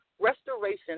restoration